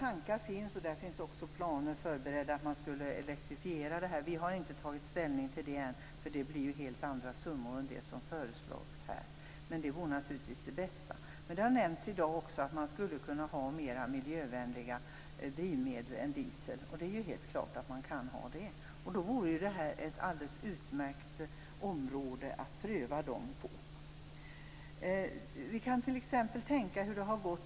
Tankar och också planer finns på en elektrifiering. Vi har inte tagit ställning till det ännu. Det skulle ju då bli helt andra summor än det som föreslås här. Det vore naturligtvis det bästa. Det har också nämnts i dag att man skulle kunna ha mer miljövänliga drivmedel än diesel, och det är klart. Då vore det här ett utmärkt område att pröva de förslagen.